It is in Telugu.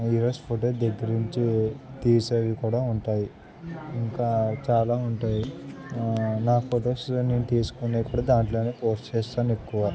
హరోస్ ఫోటోస్ దగ్గర నుంచి తీసేవి కూడా ఉంటాయి ఇంకా చాలా ఉంటాయి నా ఫొటోస్ నేను తీసుకునేవి కూడా దాంట్లో పోస్ట్ చేస్తాను ఎక్కువగా